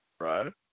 right